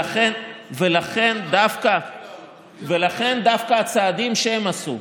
ולכן דווקא הצעדים שהם עשו,